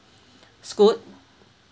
scoot